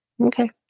Okay